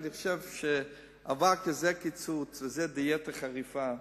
אני חושב שזה עבר כזה קיצוץ ודיאטה כזאת חריפה,